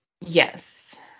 Yes